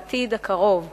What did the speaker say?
בעתיד הקרוב יתקיים,